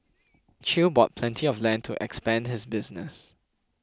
Chew bought plenty of land to expand his business